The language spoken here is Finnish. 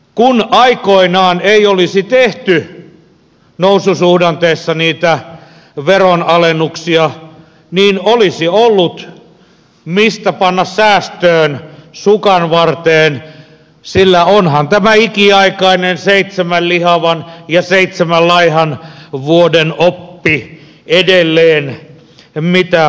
kun aikoinaan ei olisi tehty noususuhdanteessa niitä veronalennuksia niin olisi ollut mistä panna säästöön sukanvarteen sillä onhan tämä ikiaikainen seitsemän lihavan ja seitsemän laihan vuoden oppi edelleen mitä ajankohtaisin